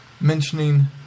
mentioning